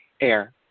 AIR